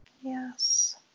Yes